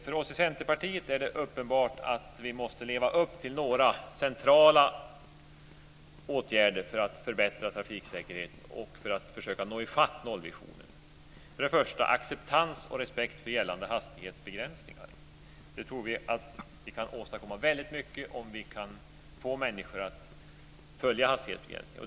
För oss i Centerpartiet är det uppenbart att vi måste leva upp till några centrala åtgärder för att förbättra trafiksäkerheten och försöka nå ifatt nollvisionen. För det första: Acceptans och respekt för gällande hastighetsbegränsningar. Vi tror att vi kan åstadkomma mycket om vi kan få människor att följa hastighetsbegränsningarna.